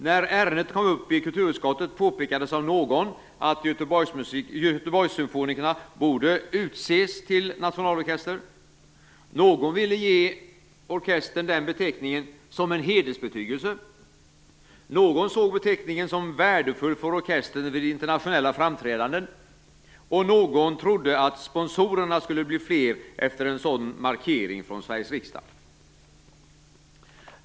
När ärendet kom upp i kulturutskottet påpekades av någon att Göteborgssymfonikerna borde utses till nationalorkester. Någon ville ge orkestern den beteckningen som en hedersbetygelse, någon såg beteckningen som värdefull för orkestern vid internationella framträdanden, någon trodde att sponsorerna skulle bli fler efter en sådan markering från Sveriges riksdag.